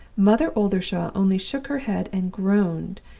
mother oldershaw only shook her head and groaned,